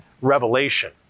revelation